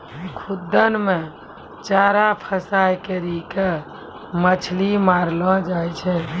खुद्दन मे चारा फसांय करी के मछली मारलो जाय छै